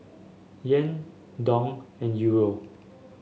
Yen Dong and Euro